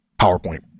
PowerPoint